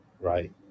right